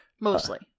mostly